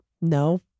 No